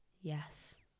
Yes